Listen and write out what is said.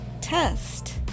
test